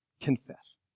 Confess